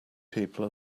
people